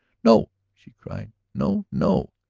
no, she cried. no, no.